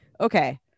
Okay